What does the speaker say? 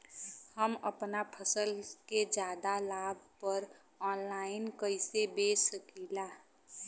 हम अपना फसल के ज्यादा लाभ पर ऑनलाइन कइसे बेच सकीला?